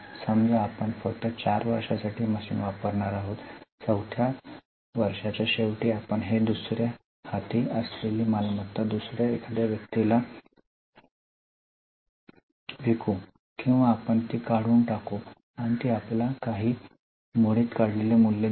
समजा आपण फक्त 4 वर्षांसाठी मशीन वापरणार आहोत चौथ्या वर्षाच्या शेवटी आपण हे दुसर्या हाती असलेली मालमत्ता दुसर्या एखाद्या व्यक्तीला विकू किंवा आपण ती काढून टाकू आणि ती आपल्याला काही भंगार मूल्य देईल